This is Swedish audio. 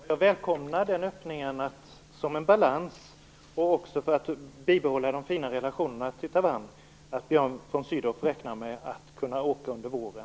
Fru talman! Jag välkomnar den öppningen, som en balans och också som ett sätt att bibehålla de fina relationerna till Taiwan, att Björn von Sydow räknar med att kunna åka dit under våren.